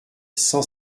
cent